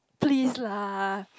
please lah